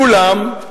כולם,